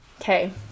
Okay